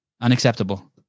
Unacceptable